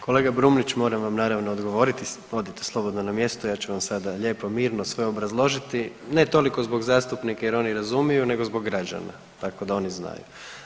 Kolega Brumnić moram vam naravno odgovoriti, odite slobodno na mjesto ja ću vam sada lijepo mirno sve obrazložiti, ne toliko zbog zastupnika jer oni razumiju nego zbog građana tako da oni znaju.